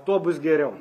tuo bus geriau